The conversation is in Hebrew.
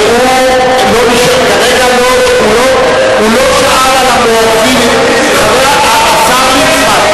הוא לא שאל על המואזינים, השר ליצמן.